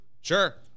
Sure